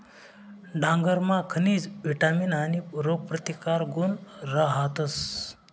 डांगरमा खनिज, विटामीन आणि रोगप्रतिकारक गुण रहातस